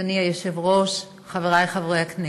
אדוני היושב-ראש, חברי חברי הכנסת,